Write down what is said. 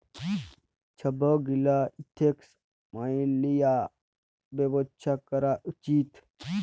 ছব গীলা এথিক্স ম্যাইলে লিঁয়ে ব্যবছা ক্যরা উচিত